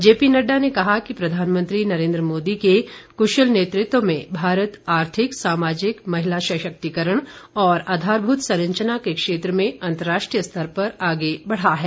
JP Nadda ने कहा कि प्रधानमंत्री नरेंद्र मोदी के कुशल नेतृत्व में भारत आर्थिक सामाजिक महिला सशक्तिकरण और आधारभूत संरचना के क्षेत्र में अंतर्राष्ट्रीय स्तर पर आगे बढ़ा है